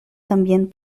también